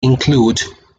include